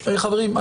חברים,